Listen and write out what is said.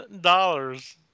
dollars